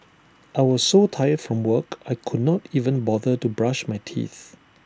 I was so tired from work I could not even bother to brush my teeth